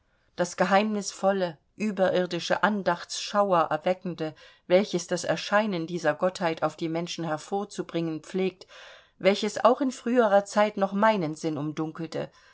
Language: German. das geheimnisvolle überirdische andachtsschauer erweckende welches das erscheinen dieser gottheit auf die menschen hervorzubringen pflegt welches auch in früherer zeit noch meinen sinn umdunkelte